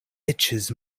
itches